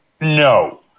no